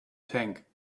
tank